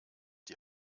die